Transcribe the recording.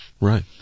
right